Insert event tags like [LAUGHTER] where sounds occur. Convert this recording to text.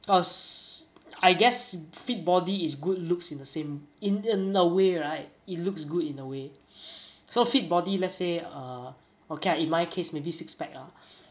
cause I guess fit body is good looks in the same in~ in a way right it looks good in a way [NOISE] so fit body let's say uh okay ah in my case maybe six pack ah [NOISE]